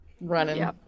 Running